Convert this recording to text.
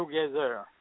together